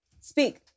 Speak